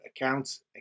accounts